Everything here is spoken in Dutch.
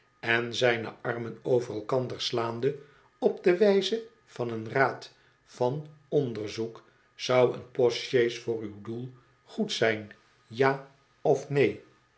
en zijne armen over elkander slaande op de wijze van een raad van onderzoek zou oen postjees voor uw doel goed zijn ja of neen